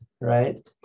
right